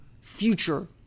future